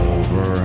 over